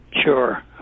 Sure